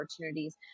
opportunities